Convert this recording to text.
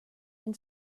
den